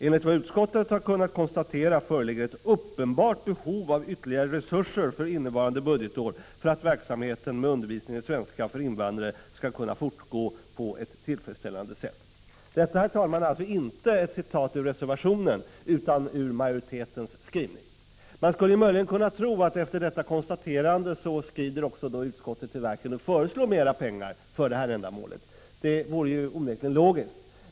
Enligt vad utskottet har kunnat konstatera föreligger ett uppenbart behov av ytterligare resurser för innevarande budgetår för att verksamheten med undervisning i svenska för invandrare skall kunna fortgå på ett tillfredsställande sätt.” Detta är inte ett citat ur reservationen utan ur majoritetens skrivning. Man skulle möjligen tro att utskottet efter detta konstaterande skulle föreslå mer pengar för detta ändamål. Det vore onekligen logiskt.